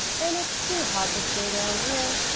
and it's too hot to stay down here.